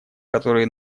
которые